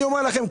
אני אומר לכם,